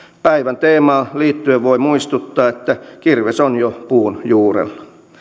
päivän teemaan liittyen voi muistuttaa että kirves on jo puun juurella